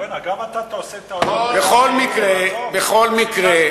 גם אתה עושה טעויות, לא, לא.